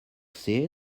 see